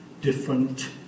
different